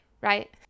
right